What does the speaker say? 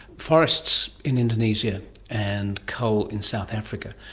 forests in indonesia and coal in south africa.